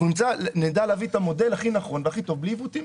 אנחנו נדע להביא את המודל הכי טוב והכי נכון בלי עיוותים.